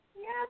Yes